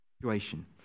situation